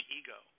ego